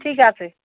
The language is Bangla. ঠিক আছে